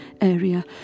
area